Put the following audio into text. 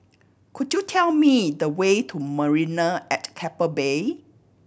could you tell me the way to Marina at Keppel Bay